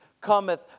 cometh